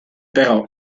però